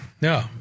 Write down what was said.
No